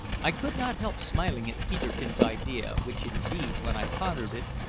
i could not help smiling at peterkin's idea, which indeed, when i pondered it,